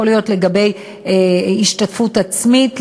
זה יכול להיות לגבי השתתפות עצמית,